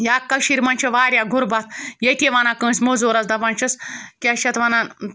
یا کٔشیٖرِ منٛز چھِ واریاہ غُربَت ییٚتی وَنان کٲنٛسہِ مٔزوٗرَس دَپان چھِس کیٛاہ چھِ اَتھ وَنان